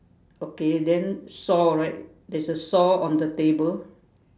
okay then saw right there's a saw on the table